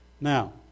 Now